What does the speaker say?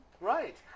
Right